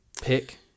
pick